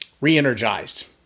re-energized